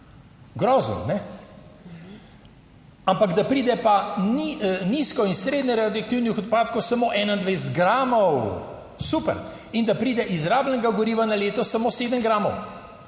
Grozno, ne. Ampak da pride, pa ni nizko in srednje radioaktivnih odpadkov samo 21 gramov, super in da pride izrabljenega goriva na leto samo 7 gramov,